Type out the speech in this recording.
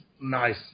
nice